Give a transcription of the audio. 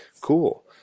Cool